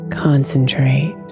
Concentrate